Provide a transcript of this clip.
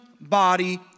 body